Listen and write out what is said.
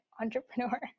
entrepreneur